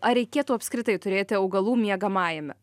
ar reikėtų apskritai turėti augalų miegamajame